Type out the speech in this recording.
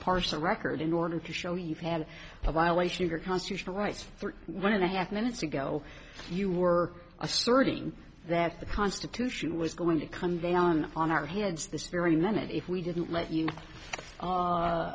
partial record in order to show you've had a violation of your constitutional rights thirty one and a half minutes ago you were asserting that the constitution was going to come down on our hands this very minute if we didn't let you